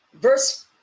Verse